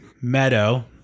Meadow